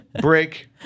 break